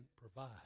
provide